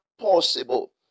possible